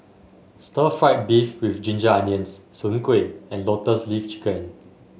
Stir Fried Beef with Ginger Onions Soon Kway and Lotus Leaf Chicken